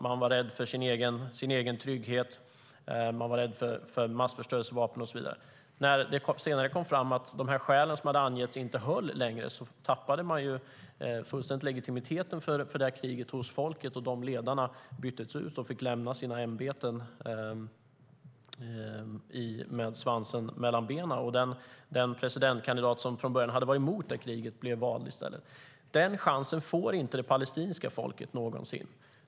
Man var rädd för sin egen trygghet, man var rädd för massförstörelsevapen och så vidare. Den chansen får inte det palestinska folket någonsin.